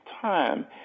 time